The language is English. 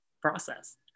process